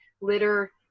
litter